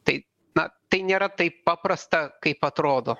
tai na tai nėra taip paprasta kaip atrodo